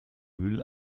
müll